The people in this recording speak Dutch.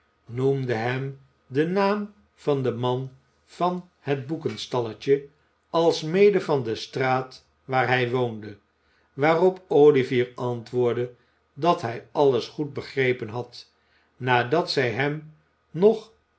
noemde hem den naam van den man van het boekenstalletje alsmede van de straat waar hij woonde waarop olivier antwoordde dat hij alles goed begrepen had nadat zij hem nog